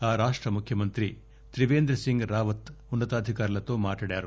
ఆ రాష్ట ముఖ్యమంత్రి త్రిపేంద్ర సింగ్ రావత్ ఉన్నతాధికారులతో మాట్లాడారు